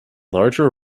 larger